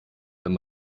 wenn